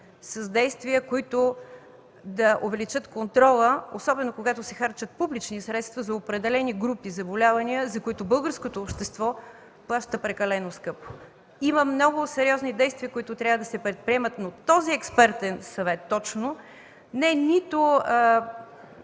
с действия, които да увеличат контрола, особено когато се харчат публични средства за определени групи заболявания, за които българското общество плаща прекалено скъпо. Има много сериозни действия, които трябва да се предприемат, но точно този експертен съвет не е